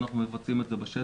אנחנו מבצעים את זה בשטח,